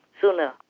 sooner